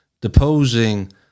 deposing